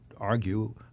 argue